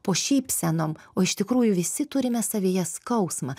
po šypsenom o iš tikrųjų visi turime savyje skausmą